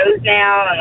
now